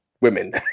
women